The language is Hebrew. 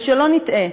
ושלא נטעה,